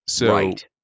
Right